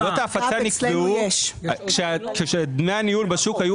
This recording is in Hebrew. עמלות ההפצה נקבעו כשדמי הניהול בשוק היו